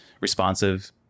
responsive